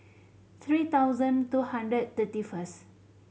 three thousand two hundred thirty first